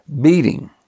beating